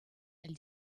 elle